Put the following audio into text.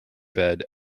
bed